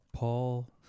Paul